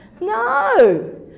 No